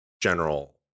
general